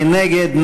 מי נגד?